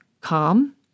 calm